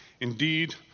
Indeed